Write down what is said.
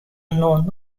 unknown